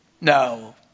No